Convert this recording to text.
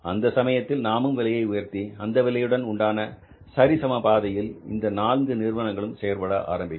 அந்த சமயத்தில் நாமும் விலையை உயர்த்தி அந்த விலையுடன் உண்டான சரிசம பாதையில் இந்த 4 நிறுவனங்களும் செயல்பட ஆரம்பிக்கும்